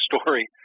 story